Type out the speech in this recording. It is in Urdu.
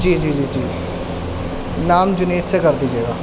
جی جی جی جی نام جنید سے کر دیجیے گا